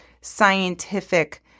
scientific